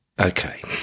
Okay